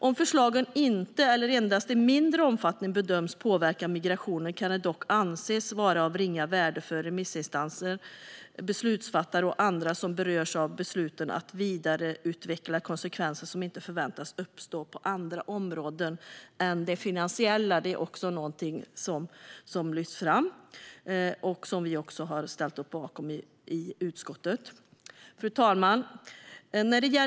"Om förslagen inte, eller endast i mindre omfattning, bedöms påverka migrationen kan det dock anses vara av ringa värde för remissinstanser, beslutsfattare och andra som berörs av besluten att vidare utveckla konsekvenser som inte förväntas uppstå på andra områden än det finansiella." Detta är också något som lyfts fram och som vi har ställt oss bakom i utskottet. Fru talman!